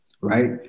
right